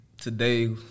Today